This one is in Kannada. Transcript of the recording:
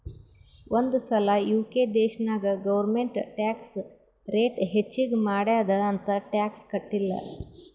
ಒಂದ್ ಸಲಾ ಯು.ಕೆ ದೇಶನಾಗ್ ಗೌರ್ಮೆಂಟ್ ಟ್ಯಾಕ್ಸ್ ರೇಟ್ ಹೆಚ್ಚಿಗ್ ಮಾಡ್ಯಾದ್ ಅಂತ್ ಟ್ಯಾಕ್ಸ ಕಟ್ಟಿಲ್ಲ